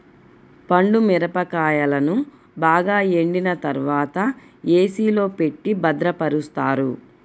పండు మిరపకాయలను బాగా ఎండిన తర్వాత ఏ.సీ లో పెట్టి భద్రపరుస్తారు